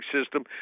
system